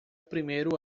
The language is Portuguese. primeiro